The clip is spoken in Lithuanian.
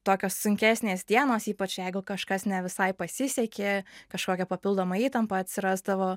tokios sunkesnės dienos ypač jeigu kažkas ne visai pasisekė kažkokia papildoma įtampa atsirasdavo